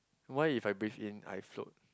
why if I breathe in I float